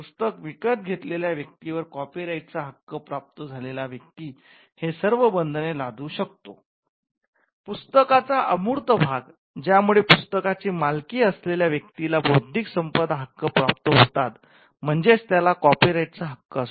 पुस्तक विकत घेतलेल्या व्यक्तीवर कॉपी राईट चा हक्क प्राप्त झालेला व्यक्ती हे सर्व बंधने लादु शकतो पुस्तकाचा अमूर्त भाग ज्यामुळे पुस्तकाची मालकी असलेला व्यक्तीला बौद्धिक संपदा हक्क प्राप्त होतात म्हणजेच त्याला कॉपीराईटचा हक्क असतो